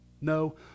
No